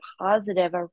positive